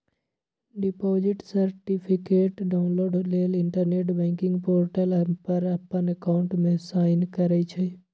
deposit certificate download लेल internet banking portal पर अप्पन अकाउंट में साइन करइ छइ